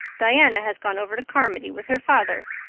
diana has gone over to carmody with her father,